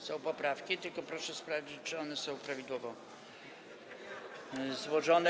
Są poprawki, tylko proszę sprawdzić, czy one są prawidłowo złożone.